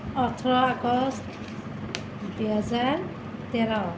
ওঠৰ আগষ্ট দুহেজাৰ তেৰ